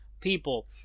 People